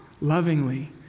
lovingly